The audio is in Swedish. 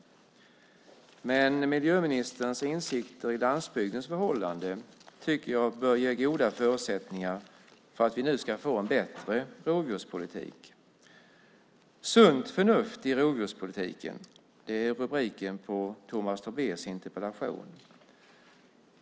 Men jag tycker att miljöministerns insikter i landsbygdens förhållanden bör ger goda förutsättningar för att vi nu ska få en bättre rovdjurspolitik. Sunt förnuft i rovdjurspolitiken - det är rubriken på Tomas Tobés interpellation.